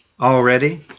already